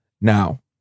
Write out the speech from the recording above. Now